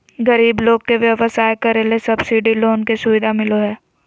गरीब लोग के व्यवसाय करे ले सब्सिडी लोन के सुविधा मिलो हय